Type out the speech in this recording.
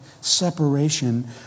separation